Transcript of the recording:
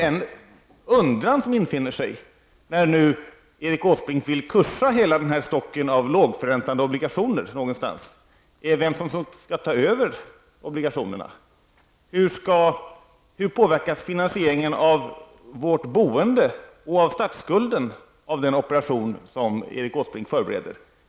En undran som infinner sig, när nu Erik Åsbrink vill ''kursa'' hela den här stocken av lågförräntande obligationer någonstans, är vem det är som skall ta över obligationerna. Hur påverkas finansieringen av vårt boende och av statsskulden av den operation som Erik Åsbrink förbereder?